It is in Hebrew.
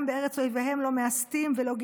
בארץ אֹיְבֵיהֶם לֹא מְאַסְתִּים וְלֹא